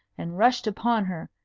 and rushed upon her,